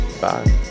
Bye